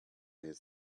his